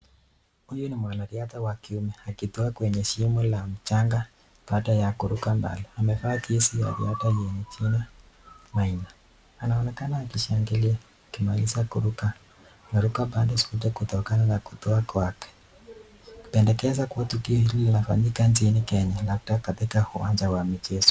Huyu ni mwanariadha wa kiume, akitua kwenye shimo la mchanga baada ya kuruka mbali, amevaa jezi ya riadha yenye jina Maina. Anaonekana akishangilia akimaliza kuruka, anaruka pande kubwa kutokana na kutua kwake, ikipendekeza kuwa tukio hili linafanyika nchini Kenya labda katika uwanja wa michezo.